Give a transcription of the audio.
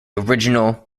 original